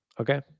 Okay